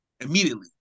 immediately